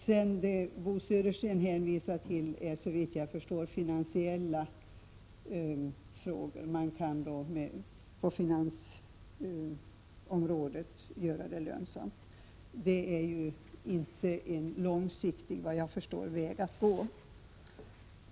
Vad Bo Södersten hänvisar till är såvitt jag förstår finansiella åtgärder, att man med finansiella medel skulle skapa lönsamhet. Det är inte en långsiktig väg att gå.